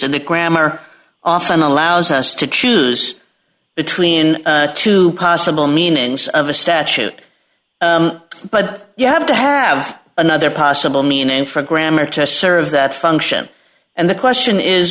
and the grammar often allows us to choose between two possible meanings of a statute but you have to have another possible meaning for grammar to serve that function and the question is